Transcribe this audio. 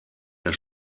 der